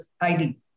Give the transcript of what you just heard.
ID